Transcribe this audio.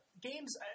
games